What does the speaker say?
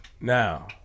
Now